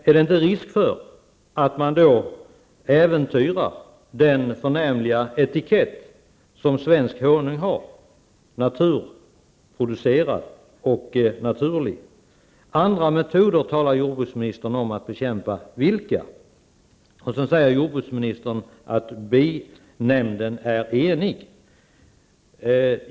Är det inte en risk för att man då äventyrar den förnämliga etikett som svensk honung har: naturproducerad och naturlig. Jordbruksministern talar om att använda andra metoder för bekämpning. Vilka? Jorbruksministern säger att binämnden är enig.